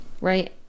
right